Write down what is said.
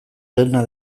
dena